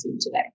today